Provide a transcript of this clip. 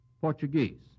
Portuguese